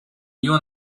new